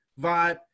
vibe